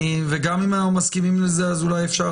וגם אם אנחנו מסכימים לזה אז אולי אפשר